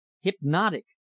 hypnotic